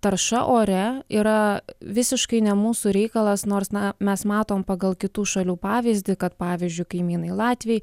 tarša ore yra visiškai ne mūsų reikalas nors na mes matom pagal kitų šalių pavyzdį kad pavyzdžiui kaimynai latviai